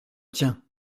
tien